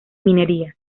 minería